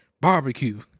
barbecue